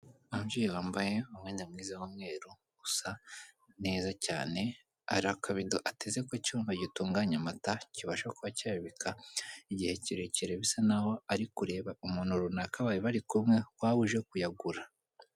Umubyeyi wambaye umwenda mwiza w'umweru usa neza cyane hari akabido ateze ko cyumba gitunganya amata kibasha kuba cyabika igihe kirekire bisa n'aho ari kureba umuntu runaka bari bari kumwe waba uje kuyagura.